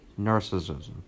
narcissism